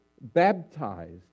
baptized